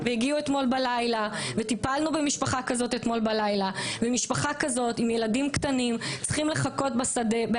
ולהצטרף גם לדבריהם